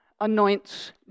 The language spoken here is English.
anoints